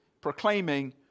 proclaiming